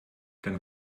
dann